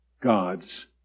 God's